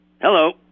Hello